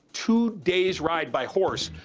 two days' ride by horse,